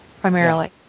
primarily